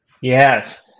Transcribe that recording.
Yes